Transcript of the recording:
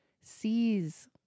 sees